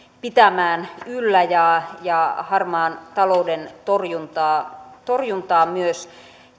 pitämään yllä ja ja harmaan talouden torjuntaa torjuntaa myös